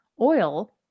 oil